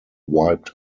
wiped